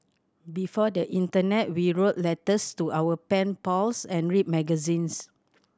before the internet we wrote letters to our pen pals and read magazines